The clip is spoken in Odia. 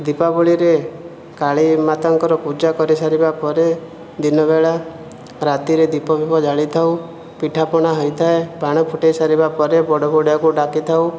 ଦୀପାବଳିରେ କାଳି ମାତାଙ୍କର ପୂଜା କରି ସାରିବା ପରେ ଦିନ ବେଳା ରାତିରେ ଦୀପ ଫିପ ଜାଳିଥାଉ ପିଠା ପଣା ହୋଇଥାଏ ବାଣ ଫୁଟାଇ ସାରିବା ପରେ ବଡ଼ ବଡ଼ିଆକୁ ଡାକିଥାଉ